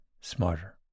smarter